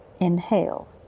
Inhale